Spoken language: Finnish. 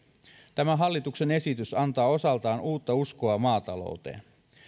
tämä hallituksen esitys antaa osaltaan uutta uskoa maatalouteen